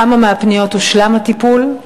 3. בכמה מהפניות הושלם הטיפול?